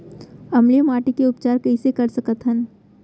अम्लीय माटी के उपचार कइसे कर सकत हन?